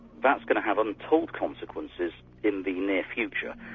that's going to have untold consequences in the near future.